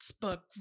book